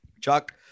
Chuck